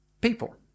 people